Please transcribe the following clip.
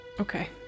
okay